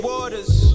Waters